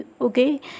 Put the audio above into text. okay